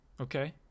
okay